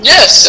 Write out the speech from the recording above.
Yes